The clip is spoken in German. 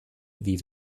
wie